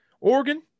Oregon